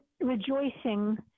rejoicing